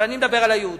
אבל אני מדבר על היהודים,